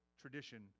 tradition